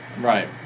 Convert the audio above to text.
Right